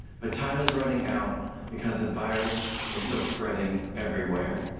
but time is running out because the virus is still spreading everywhere.